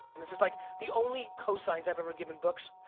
and this is like the only co-signs i've ever given books,